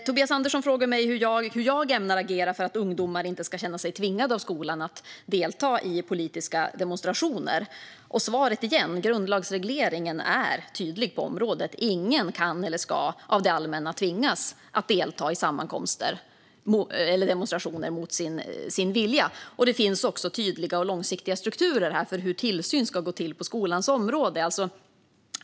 Tobias Andersson frågar mig hur jag ämnar agera för att ungdomar inte ska känna sig tvingade av skolan att delta i politiska demonstrationer. Svaret är återigen att grundlagsregleringen är tydlig på området: Ingen kan eller ska tvingas av det allmänna att delta i sammankomster eller demonstrationer mot sin vilja. Det finns också tydliga och långsiktiga strukturer för hur tillsyn ska gå till på skolans område.